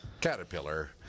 caterpillar